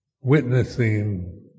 witnessing